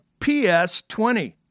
PS20